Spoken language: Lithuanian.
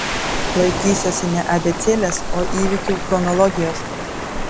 laikysiuosi ne abėcėlės o įvykių chronologijos